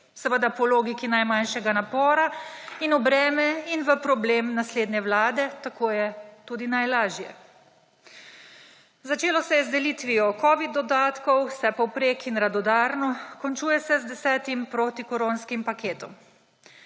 seveda po logiki najmanjšega napora in v breme in v problem naslednje Vlade, tako je tudi najlažje. Začelo se je z delitvijo Covid dodatkov vse povprek in radodarno, končuje se z desetim protikoronskim paketom.